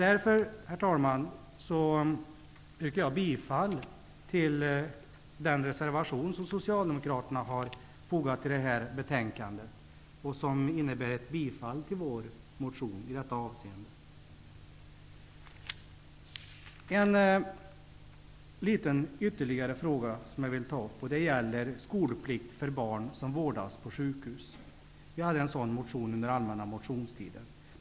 Därför, herr talman, yrkar jag bifall till den reservation som Socialdemokraterna har fogat till detta betänkande, och som innebär ett bifall till vår motion i detta avseende. Ytterligare en liten fråga som jag vill ta upp gäller skolplikt för barn som vårdas på sjukhus. Vänsterpartiet lade en motion om detta under allmänna motionstiden.